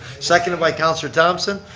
seconded by councilor thomson.